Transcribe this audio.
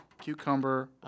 cucumber